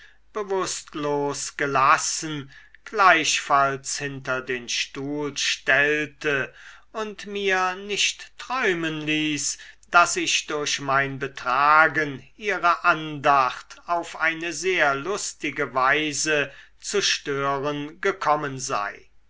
bewußtlos gelassen gleichfalls hinter den stuhl stellte und mir nicht träumen ließ daß ich durch mein betragen ihre andacht auf eine sehr lustige weise zu stören gekommen sei